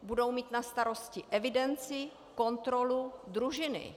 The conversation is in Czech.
Budou mít na starosti evidenci, kontrolu, družiny.